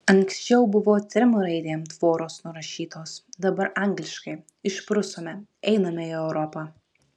anksčiau buvo trim raidėm tvoros nurašytos dabar angliškai išprusome einame į europą